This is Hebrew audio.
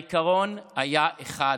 העיקרון היה אחד: